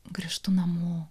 grįžtu namo